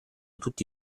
tutti